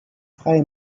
freie